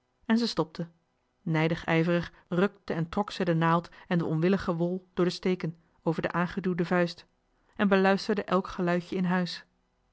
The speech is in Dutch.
en ze stopte nijdig ijverig rukte en trok ze de naald en de onwillige wol door de steken over de aangeduwde vuist beluisterend elk geluidje in huis